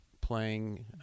playing